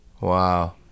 Wow